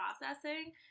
processing